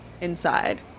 inside